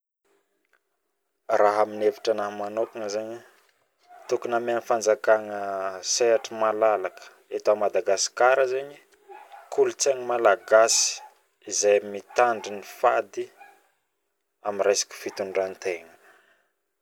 Rah aminy hevitra anahy manokagna zaigny tokiny amiany fanjakagna sehatra malalaka eto a madagascar kolotsaigna malagasy zay mitandro ny fady aminy resaka fitondrategna